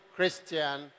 Christian